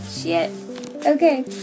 Okay